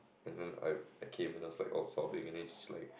and then I I came and was like all sobbing and she's like